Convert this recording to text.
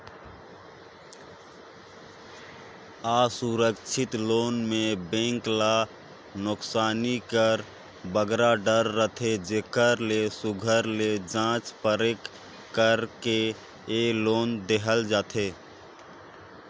असुरक्छित लोन में बेंक ल नोसकानी कर बगरा डर रहथे जेकर ले सुग्घर ले जाँच परेख कइर के ए लोन देहल जाथे